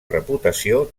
reputació